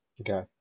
Okay